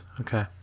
Okay